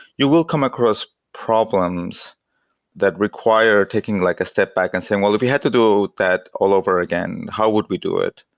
you will come across problems that require taking like a step back and saying, well, if you had to do that all over again, how would we do it?